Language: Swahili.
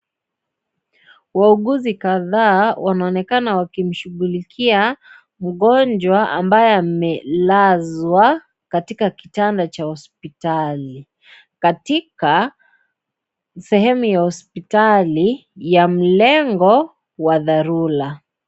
Wauguzi kadhaa wanaonekana wakimshughulikia mgonjwa ambaye amelazwa katika kitanda cha hospitali katika sehemu ya hospitali ya mrengo wa dharura .